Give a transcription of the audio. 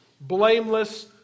blameless